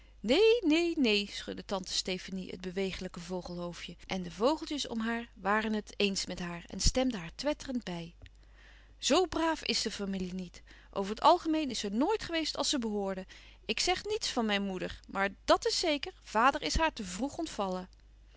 neen neen neen schudde tante stefanie het bewegelijke vogelhoofdje en de vogeltjes om haar waren het eens met haar en stemden haar twetterend bij zoo braaf is de familie niet over het algemeen is ze nooit geweest als ze behoorde ik zeg niets van mijn moeder maar dàt is zeker vader is haar te vroeg ontvallen